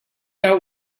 out